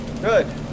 Good